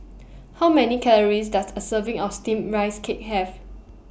How Many Calories Does A Serving of Steamed Rice Cake Have